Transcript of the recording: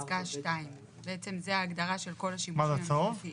פסקה 2. בעצם זה ההגדרה של כל השימושים הממשלתיים.